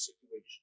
situation